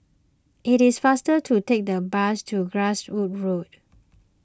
it is faster to take the bus to Glasgow Road